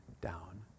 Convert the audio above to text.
down